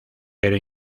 pero